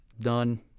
done